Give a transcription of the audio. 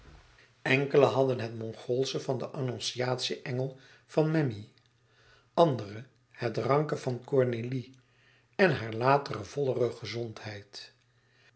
enkele hadden het mongoolsche van den annonciatieengel van memmi andere het ranke van cornélie en hare latere vollere gezondheid